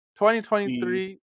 2023-